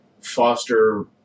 foster